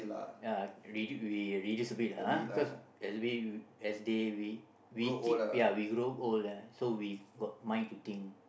ya I we really stupid lah !huh! cause as we as they we we keep ya we grow old ya so we got mind to think